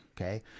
okay